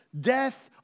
death